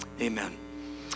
amen